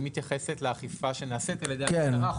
היא מתייחסת לאכיפה שנעשית על ידי המשטרה.